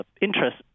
interest